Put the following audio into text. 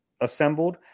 assembled